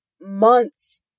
months